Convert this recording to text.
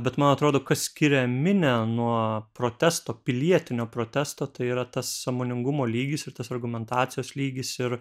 bet man atrodo kas skiria minią nuo protesto pilietinio protesto tai yra tas sąmoningumo lygis ir tas argumentacijos lygis ir